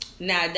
Now